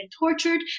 tortured